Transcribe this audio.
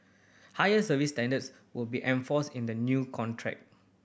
higher service standards will be enforced in the new contract